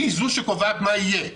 היא זו שקובעת מה יהיה.